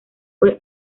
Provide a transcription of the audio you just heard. fue